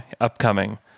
upcoming